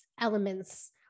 elements